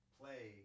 play